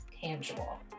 tangible